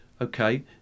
Okay